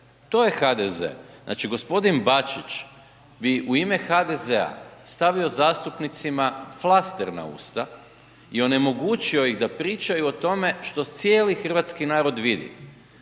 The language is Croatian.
to je HDZ. Znači gospodin Bačić bi u ime HDZ-a stavio zastupnicima flaster na usta i onemogućio ih da pričaju o tome što cijeli hrvatski narod vidi,